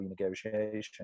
renegotiation